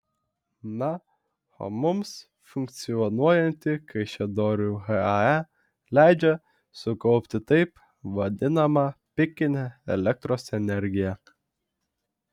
na o mums funkcionuojanti kaišiadorių hae leidžia sukaupti taip vadinamą pikinę elektros energiją